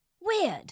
weird